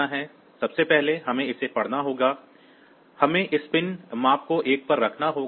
सबसे पहले हमें इसे पढ़ना होगा हमें इस पिन मान को 1 पर रखना होगा